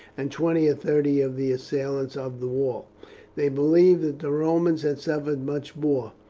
and twenty or thirty of the assailants of the wall they believed that the romans had suffered much more,